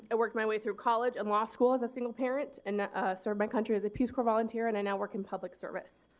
and worked my way through college and law school as a single parent and served my country as a peace corps volunteer and i now work in public service.